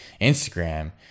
instagram